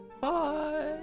Bye